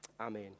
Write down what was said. Amen